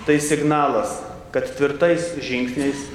tai signalas kad tvirtais žingsniais